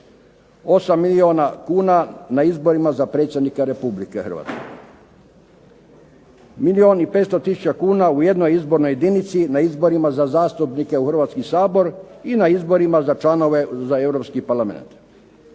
8 milijuna kuna na izborima za predsjednika Republike Hrvatske. Milijun i 500 tisuća kuna u jednoj izbornoj jedinici na izborima za zastupnike u HRvatski sabor i na izborima za članove za europski Parlamenat.